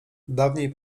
dawniej